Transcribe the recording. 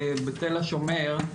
בתל-השומר,